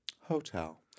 Hotel